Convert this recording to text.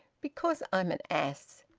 because i am an ass!